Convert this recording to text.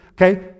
Okay